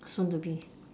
soon to be